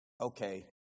okay